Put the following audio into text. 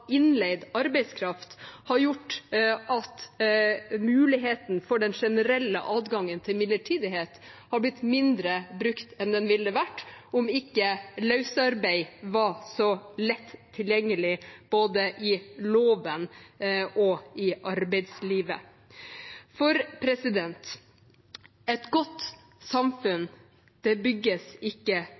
innleid arbeidskraft har gjort at muligheten for den generelle adgangen til midlertidighet er blitt mindre brukt enn den ville ha vært om ikke løsarbeid var så lett tilgjengelig, både i loven og i arbeidslivet. Et godt samfunn bygges ikke